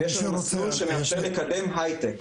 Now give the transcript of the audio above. יש לנו מסלול שמאפשר לקדם הייטק.